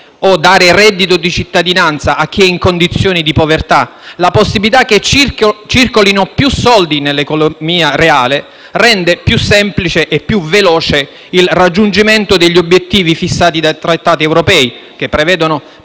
o dare il reddito di cittadinanza a chi è in condizioni di povertà, nonché la possibilità che circolino più soldi nell'economia reale, rendono più semplice e più veloce il raggiungimento degli obiettivi fissati dai Trattati europei, che prevedono